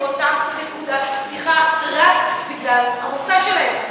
מאותה נקודת פתיחה רק בגלל המוצא שלהם,